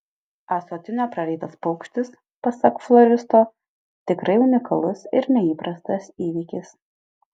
ąsotinio prarytas paukštis pasak floristo tikrai unikalus ir neįprastas įvykis